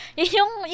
yung